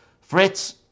Fritz